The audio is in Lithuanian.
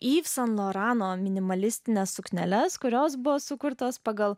yv san lorano minimalistines sukneles kurios buvo sukurtos pagal